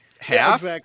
Half